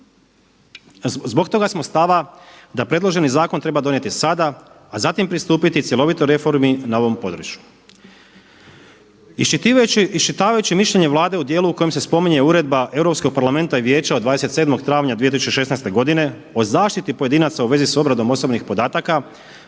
zbog toga smo stava da predloženi zakon treba donijeti sada a zatim pristupiti cjelovitoj reformi na ovom području. Iščitavajući mišljenje Vlade u dijelu u kojem se spominje uredba Europskog parlamenta i Vijeća od 27. travnja 2016. godine o zaštiti pojedinaca u vezi sa obradom osobnih podataka